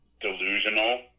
delusional